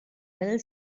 little